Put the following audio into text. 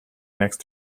next